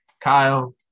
Kyle